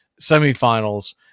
semifinals